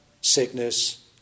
sickness